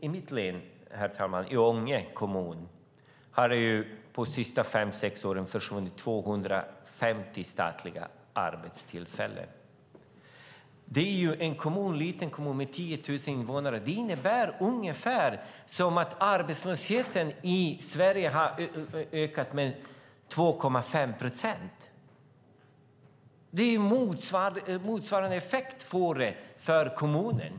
I mitt län, i Ånge kommun, har det de senaste fem sex åren försvunnit 250 statliga arbetstillfällen. Det är en liten kommun med 10 000 invånare. Det är som att arbetslösheten i Sverige skulle ha ökat med 2,5 procent. Det får motsvarande effekt för kommunen.